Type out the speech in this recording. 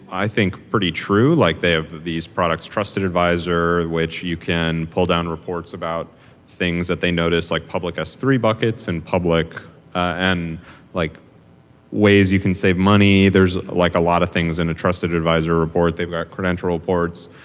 i think, pretty true, like they have these products trusted advisor, which you can pull down reports about things that they notice, like public s three buckets and public and like ways you can save money. there's like a lot of things in a trusted advisor report. they've got credential reports,